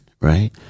right